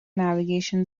navigation